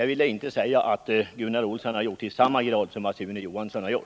Jag vill inte säga att Gunnar Olsson gjort det i samma utsträckning som Sune Johansson gjorde,